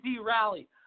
rally